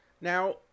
Now